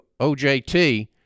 OJT